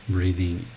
Breathing